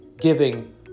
giving